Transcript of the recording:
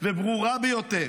וברורה ביותר: